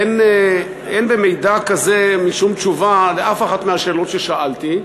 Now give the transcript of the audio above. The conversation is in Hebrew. אין במידע כזה משום תשובה על אף אחת מהשאלות ששאלתי,